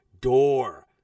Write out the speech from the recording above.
door